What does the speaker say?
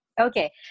Okay